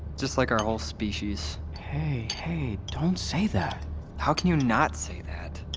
just like our whole species hey, hey, don't say that how can you not say that?